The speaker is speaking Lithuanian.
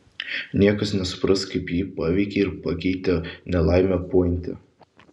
niekas nesupras kaip jį paveikė ir pakeitė nelaimė pointe